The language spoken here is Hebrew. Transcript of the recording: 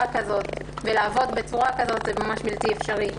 כזאת ולעבוד בצורה כזאת זה ממש בלתי אפשרי.